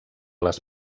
les